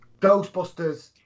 Ghostbusters